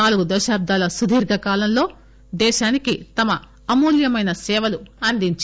నాలుగు దశాబ్దాల సుదీర్ఘ కాలంలో దేశానికి తమ అమూల్యమైన సేవలు అందించారు